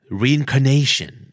reincarnation